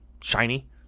shiny